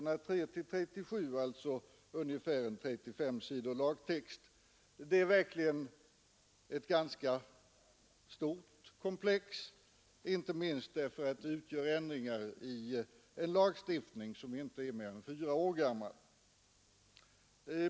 3—37, alltså ungefär 35 sidor lagtext. Det är verkligen ett ganska stort komplex, inte minst därför att det utgör ändringar i en lagstiftning som inte är mer än fyra år gammal.